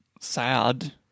sad